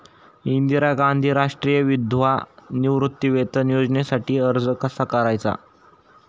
इंदिरा गांधी राष्ट्रीय विधवा निवृत्तीवेतन योजनेसाठी अर्ज कसा करायचा?